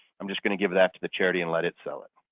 i'm just going to give that to the charity and let it sell it.